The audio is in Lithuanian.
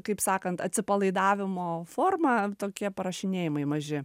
kaip sakant atsipalaidavimo forma tokie parašinėjimai maži